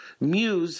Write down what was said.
Muse